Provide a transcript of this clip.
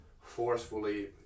forcefully